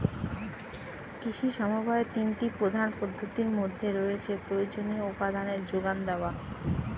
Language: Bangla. কৃষি সমবায়ের তিনটি প্রধান পদ্ধতির মধ্যে রয়েছে প্রয়োজনীয় উপাদানের জোগান দেওয়া